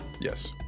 Yes